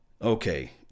Okay